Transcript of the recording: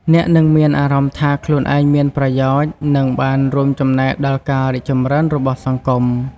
អ្នកនឹងមានអារម្មណ៍ថាខ្លួនឯងមានប្រយោជន៍ និងបានរួមចំណែកដល់ការរីកចម្រើនរបស់សង្គម។